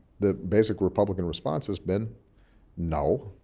the basic republican response has been no,